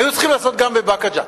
היו צריכים לעשות גם בבאקה ג'ת.